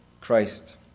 Christ